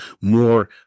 more